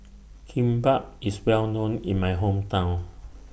Kimbap IS Well known in My Hometown